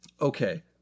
Okay